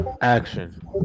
Action